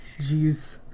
Jeez